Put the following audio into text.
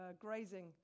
grazing